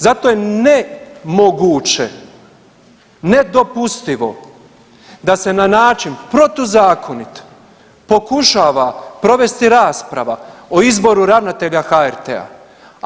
Zato je nemoguće, nedopustivo da se na način protuzakonit pokušava provesti rasprava o izboru ravnatelja HRT-a.